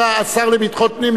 השר לביטחון פנים,